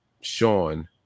Sean